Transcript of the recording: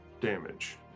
damage